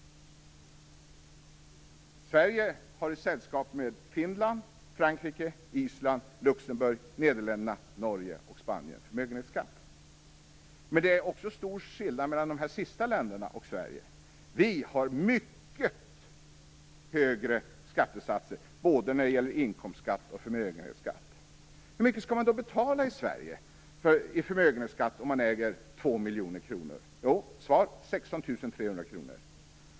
Sverige har i sällskap med Finland, Frankrike, Island, Luxemburg, Nederländerna, Norge och Spanien förmögenhetsskatt. Men det är en stor skillnad mellan dessa länder och Sverige. Vi har mycket högre skattesatser för både inkomstskatt och förmögenhetsskatt. Hur mycket skall man i Sverige betala i förmögenhetsskatt om man äger 2 miljoner kronor? Svaret är 16 300 kr.